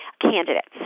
Candidates